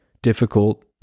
difficult